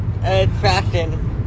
attraction